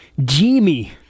Jimmy